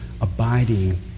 abiding